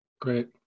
great